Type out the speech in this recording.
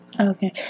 Okay